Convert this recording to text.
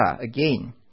again